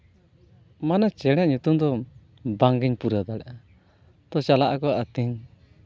ᱢᱟᱱᱮ ᱪᱮᱬᱮ ᱧᱩᱛᱩᱢ ᱫᱚ ᱵᱟᱝᱜᱤᱧ ᱯᱩᱨᱟᱹᱣ ᱫᱟᱲᱮᱭᱟᱜᱼᱟ ᱛᱚ ᱪᱟᱞᱟᱜᱼᱟᱠᱚ ᱟᱹᱛᱤᱧ